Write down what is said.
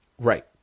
right